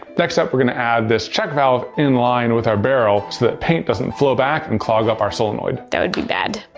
next up we're gonna add this check valve in line with our barrel so that paint doesn't flow back and clog up our solenoid. that would be bad.